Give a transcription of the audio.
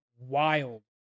wild